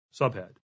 Subhead